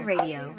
Radio